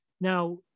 now